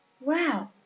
Wow